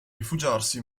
rifugiarsi